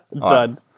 Done